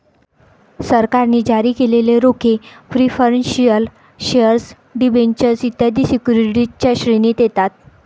सरकारने जारी केलेले रोखे प्रिफरेंशियल शेअर डिबेंचर्स इत्यादी सिक्युरिटीजच्या श्रेणीत येतात